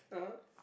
(uh huh)